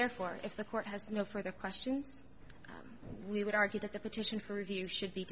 therefore if the court has no further questions we would argue that the petition for review should be